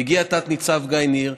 והגיע תת-ניצב גיא ניר,